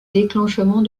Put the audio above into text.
déclenchement